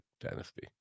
dynasty